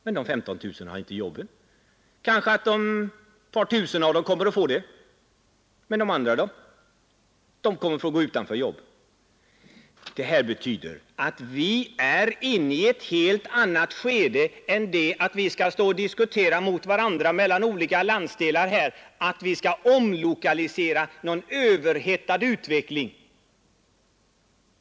Av dessa 15 000 kommer kanske ett par tusen att få jobb, medan de andra blir utan. Det betyder att vi är inne i ett skede, där olika landsdelar inte längre skall hålla på och diskutera mot varandra att man skall omlokalisera vid en överhettning.